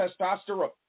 testosterone